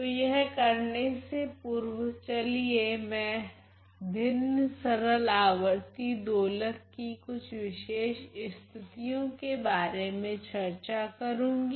तो यह करने से पूर्व चलिए मैं भिन्न सरल आवर्ती दोलक की कुछ विशेष स्थितियो के बारे में चर्चा करूँगी